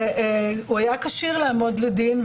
והוא היה כשיר לעמוד לדין.